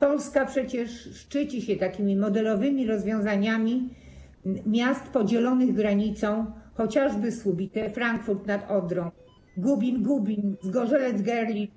Polska przecież szczyci się takimi modelowymi rozwiązaniami miast podzielonych granicą, chociażby Słubice - Frankfurt nad Odrą, Gubin - Gubin, Zgorzelec - Görlitz,